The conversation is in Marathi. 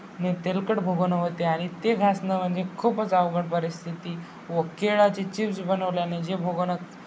मग तेलकट भगोणं होते आहे आणि ते घासणं म्हणजे खूपच अवघड परिस्थिती व केळाचे चिप्स बनवल्याने जे भगोणं